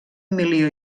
milió